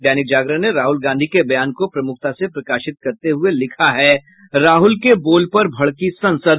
दैनिक जागरण ने राहुल गांधी के बयान को प्रमुखता से प्रकाशित करते हुये लिखा है राहुल के बोल पर भड़की संसद